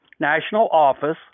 nationaloffice